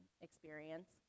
experience